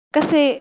Kasi